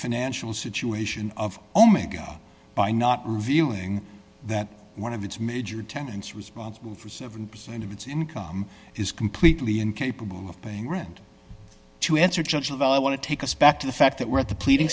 financial situation of omega by not revealing that one of its major tenants responsible for seven percent of its income is completely incapable of paying rent to answer charges i want to take us back to the fact that we're at the pleading